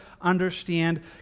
understand